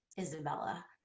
Isabella